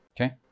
okay